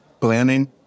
planning